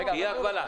תהיה הגבלה.